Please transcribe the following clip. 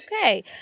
Okay